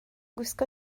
gwisgo